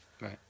Right